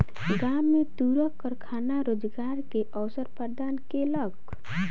गाम में तूरक कारखाना रोजगार के अवसर प्रदान केलक